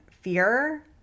fear